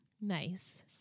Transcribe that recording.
Nice